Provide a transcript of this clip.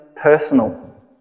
personal